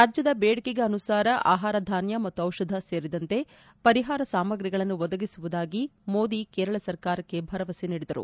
ರಾಜ್ವದ ಬೇಡಿಕೆಗೆ ಅನುಸಾರ ಆಹಾರ ಧಾನ್ಯ ಮತ್ತು ಔಷಧ ಸೇರಿದಂತೆ ಪರಿಹಾರ ಸಾಮಗ್ರಿಗಳನ್ನು ಒದಗಿಸುವುದಾಗಿ ಮೋದಿ ಕೇರಳ ಸರ್ಕಾರಕ್ತೆ ಭರವಸೆ ನೀಡಿದರು